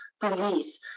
Police